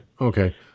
Okay